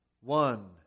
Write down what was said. one